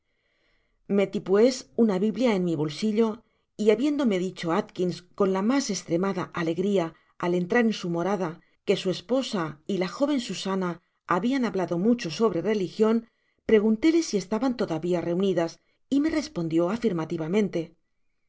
hecho meti pues una biblia en mi bolsillo y habiéndome dicho alkins con la mas estremada alegria al entrar en su morada que su esposa y la joven susana hablan hablado mucho sobre religion preguntóle si estaban todavia reunidas y me respondio afirmativamente